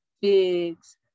figs